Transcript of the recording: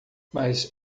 mas